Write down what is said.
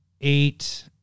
eight